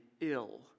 ill